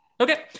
Okay